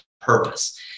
purpose